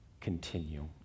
continue